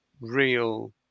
real